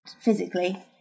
physically